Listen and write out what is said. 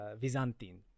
byzantine